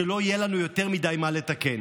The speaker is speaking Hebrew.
שלא יהיה לנו יותר מדי מה לתקן.